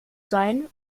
sein